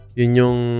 yung